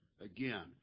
again